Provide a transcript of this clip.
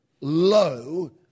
low